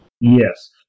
Yes